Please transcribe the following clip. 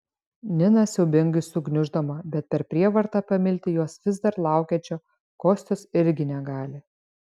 nina siaubingai sugniuždoma bet per prievartą pamilti jos vis dar laukiančio kostios irgi negali